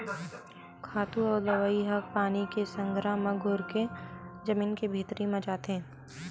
खातू अउ दवई ह पानी के संघरा म घुरके जमीन के भीतरी म जाथे